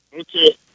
Okay